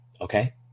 okay